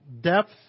depth